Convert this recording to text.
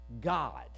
God